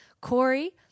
Corey